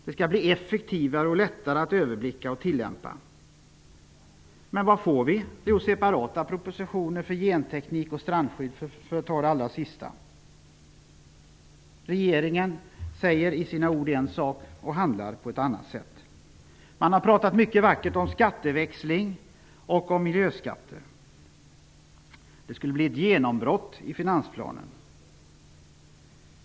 Den skall bli effektivare och lättare att överblicka och tillämpa. Vad händer? Jo, vi får separata propositioner för genteknik och strandskydd, för att ta de senaste exemplen. Regeringen säger en sak och handlar på ett annat sätt. Man har talat mycket vackert om skatteväxling och miljöskatter. Det skulle bli ett genombrott i finansplanen.